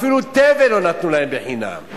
אפילו תבן לא נתנו להם חינם,